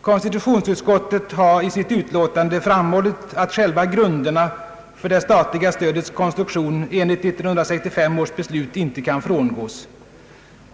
Konstitutionsutskottet har i sitt utlåtande framhållit, att själva grunderna för det statliga stödets konstruktion enligt 1965 års beslut inte kan frångås.